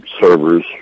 servers